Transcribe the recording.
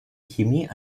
chemie